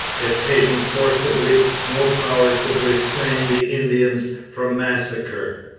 if taken forcibly, no power could restrain the indians from massacre.